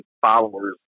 followers